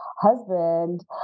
husband